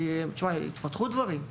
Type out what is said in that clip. כי התפתחו דברים,